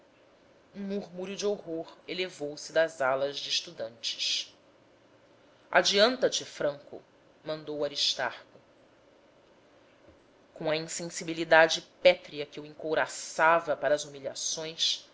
um murmúrio de horror elevou se das alas de estudantes adianta te franco mandou aristarco com a insensibilidade pétrea que o encouraçava para as